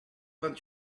vingt